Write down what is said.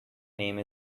name